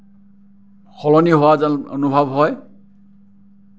সলনি হোৱা যেন অনুভৱ হয়